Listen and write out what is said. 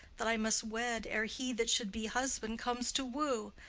that i must wed ere he that should be husband comes to woo.